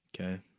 Okay